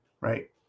right